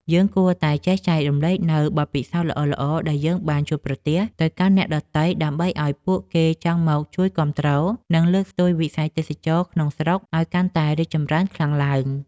យើងគួរតែចេះចែករំលែកនូវបទពិសោធន៍ល្អៗដែលយើងបានជួបប្រទះទៅកាន់អ្នកដទៃដើម្បីឱ្យពួកគេចង់មកជួយគាំទ្រ និង លើកស្ទួយវិស័យទេសចរណ៍ក្នុងស្រុកឱ្យកាន់តែរីកចម្រើនខ្លាំងឡើង។